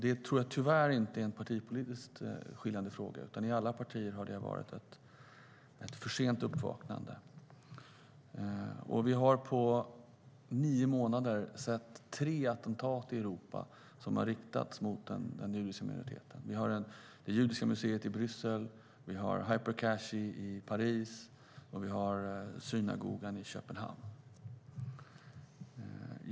Det tror jag tyvärr inte är en partiskiljande fråga, utan det har varit ett för sent uppvaknande i alla partier. Vi har på nio månader sett tre attentat i Europa som har riktats mot den judiska minoriteten: det judiska museet i Bryssel, Hyper Cacher i Paris och synagogan i Köpenhamn.